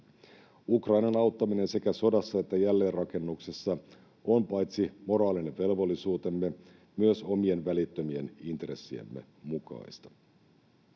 Ukrainan auttaminen sekä sodassa että jälleenrakennuksessa on paitsi moraalinen velvollisuutemme myös omien välittömien intressiemme mukaista.